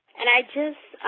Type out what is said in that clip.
and i just,